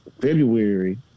February